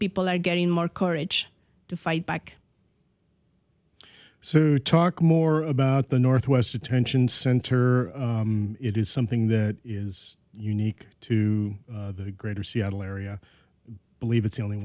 people are getting more courage to fight back so talk more about the northwest detention center it is something that is unique to the greater seattle area believe it's the only